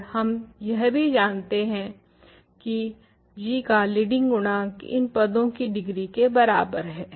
और हम यह भी जानते हैं की g का लीडिंग गुणांक इन पदों की डिग्री के बराबर है